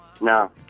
No